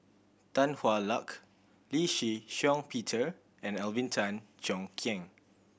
Tan Hwa Luck Lee Shih Shiong Peter and Alvin Tan Cheong Kheng